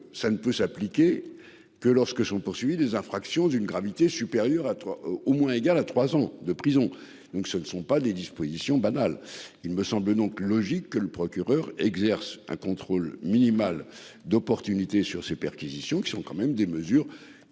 ça ne peut s'appliquer que lorsque sont poursuivis des infractions d'une gravité supérieure à trois au moins égale à 3 ans de prison. Donc ce ne sont pas des dispositions banal. Il me semble donc logique que le procureur exerce un contrôle minimal d'opportunités sur ces perquisitions qui sont quand même des mesures très